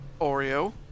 Oreo